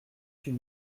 huit